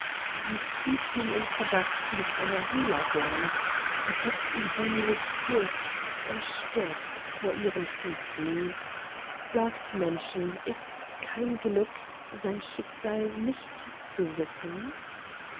sie zieht ihn in verdacht mit einer buhlerin sie gibt ihm heimlich gift er stirbt vor ihren füßen sagt menschen ists kein glück sein schicksal nicht zu wissen